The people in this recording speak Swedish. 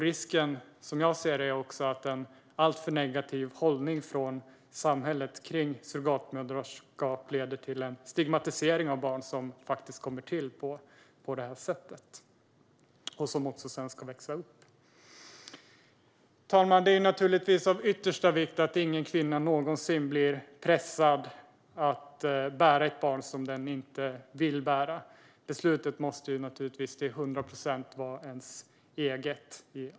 Risken, som jag ser det, är att en alltför negativ hållning från samhället till surrogatmoderskap leder till en stigmatisering av barn som kommer till på det här sättet och som sedan ska växa upp. Fru talman! Det är naturligtvis av yttersta vikt att ingen kvinna någonsin blir pressad att bära ett barn som hon inte vill bära. Beslutet måste naturligtvis till hundra procent vara hennes eget.